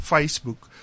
Facebook